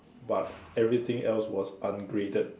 but everything else was ungraded